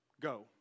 go